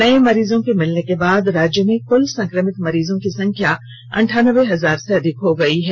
नए मरीजों के मिलने के बाद राज्य में कुल संक्रमित मरीजों की संख्या अंठानबे हजार से अधिक हो गई है